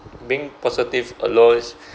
being positive alone